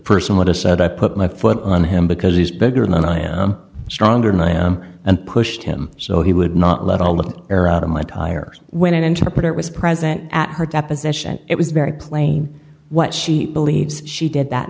person would have said i put my foot on him because he's bigger than i am stronger than i am and pushed him so he would not let all the air out of my tires when an interpreter was present at her deposition it was very plain what she believes she did that